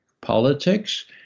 politics